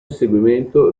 inseguimento